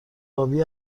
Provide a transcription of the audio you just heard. آبی